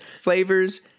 flavors